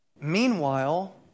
Meanwhile